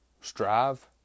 strive